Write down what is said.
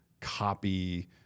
copy